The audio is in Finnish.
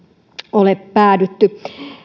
ole päädytty